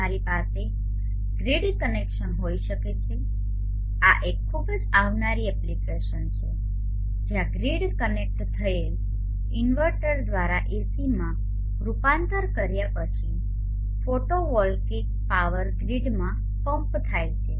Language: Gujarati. તમારી પાસે ગ્રીડ કનેક્શન હોઈ શકે છે આ એક ખૂબ જ આવનારી એપ્લિકેશન છે જ્યાં ગ્રીડ કનેક્ટ થયેલ ઇન્વર્ટર દ્વારા એસીમાં રૂપાંતર કર્યા પછી ફોટોવોલ્ટેઇક પાવર ગ્રીડમાં પમ્પ થાય છે